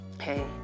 hey